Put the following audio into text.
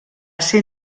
ser